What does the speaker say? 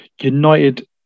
united